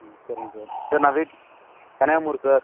ம் சரிங்க sir sir நான் வீட் கனியாமூர் சார்